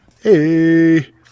hey